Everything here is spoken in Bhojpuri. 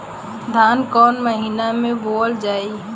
धान कवन महिना में बोवल जाई?